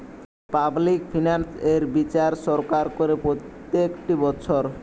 public finance এর বিচার সরকার করে প্রত্যেকটি বছর